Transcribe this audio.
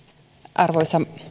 arvoisa